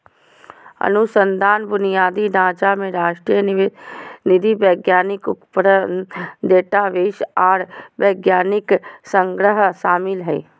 अनुसंधान बुनियादी ढांचा में राष्ट्रीय निवेश निधि वैज्ञानिक उपकरण डेटाबेस आर वैज्ञानिक संग्रह शामिल हइ